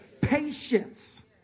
Patience